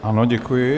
Ano, děkuji.